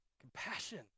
Compassion